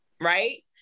Right